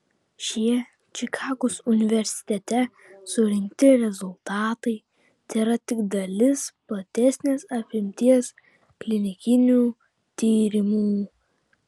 šie čikagos universitete surinkti rezultatai tėra tik dalis platesnės apimties klinikinių tyrimų